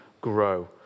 grow